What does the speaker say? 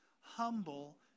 humble